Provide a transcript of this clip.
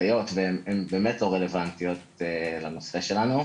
והן באמת לא רלבנטיות לנושא שלנו.